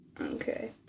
Okay